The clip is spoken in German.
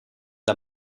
der